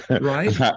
Right